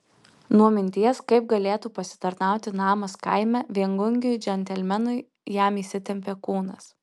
nuo minties kaip galėtų pasitarnauti namas kaime viengungiui džentelmenui jam įsitempė kūnas